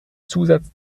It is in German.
zusatz